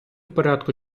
порядку